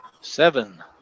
seven